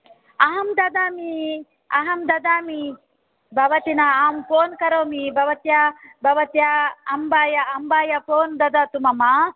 अहं ददामि अहं ददामि भवती न अहं फोन् करोमि भवत्य भवत्या अम्बाया अम्बाया फोन् ददातु मम